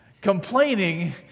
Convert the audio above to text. Complaining